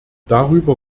darüber